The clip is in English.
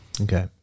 Okay